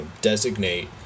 designate